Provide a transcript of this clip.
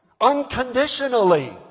Unconditionally